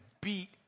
beat